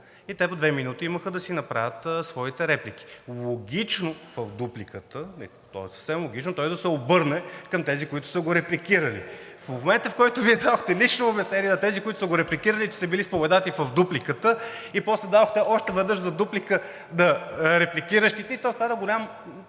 И те до две минути имаха да си направят своите реплики. Логично в дупликата – то е съвсем логично, той да се обърне към тези, които са го репликирали. В момента, в който Вие дадохте лично обяснение на тези, които са го репликирали, че са били споменати в дупликата, после дадохте още веднъж за дуплика на репликиращите. Стана малко